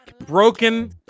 broken